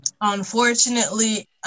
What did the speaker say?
Unfortunately